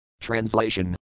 Translation